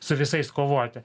su visais kovoti